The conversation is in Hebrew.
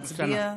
נצביע.